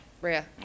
Rhea